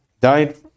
died